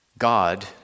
God